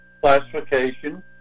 classification